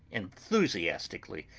enthusiastically,